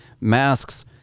masks